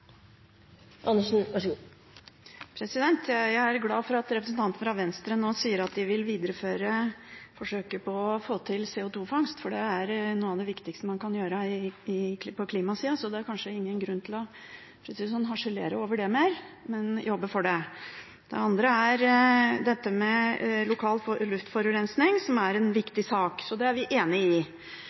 fra Venstre nå sier at de vil videreføre forsøket på å få til CO2-fangst, for det er noe av det viktigste man kan gjøre på klimasiden. Så det er kanskje ingen grunn til – for å si det sånn – å harselere over det mer, men jobbe for det. Det andre er lokal luftforurensning, som er en viktig sak. Det er vi enig i.